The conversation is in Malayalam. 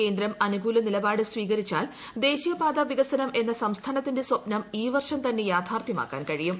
കേന്ദ്രം അനുകൂല നിലപാട് സ്വീകരിച്ചാൽ ദേശീയപാത വികസനം എന്ന സംസ്ഥാനത്തിന്റെ സ്വപ്നം ഈ വർഷം തന്നെ യാഥാർത്ഥ്യമാക്കാൻ കഴിയും